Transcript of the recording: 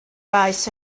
faes